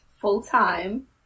full-time